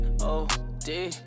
O-D